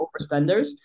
overspenders